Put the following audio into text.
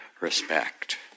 respect